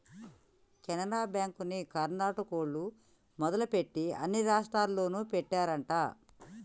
కెనరా బ్యాంకుని కర్ణాటకోల్లు మొదలుపెట్టి అన్ని రాష్టాల్లోనూ పెట్టినారంట